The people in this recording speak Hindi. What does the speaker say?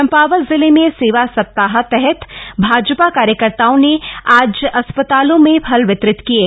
चंपावत जिले में सेवा सप्ताह तहत भाजपा कार्यकर्ताओं ने आज अस्पतालों में फल वितरित किये